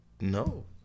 No